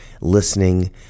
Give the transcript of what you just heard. listening